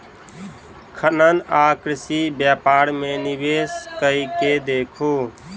खनन आ कृषि व्यापार मे निवेश कय के देखू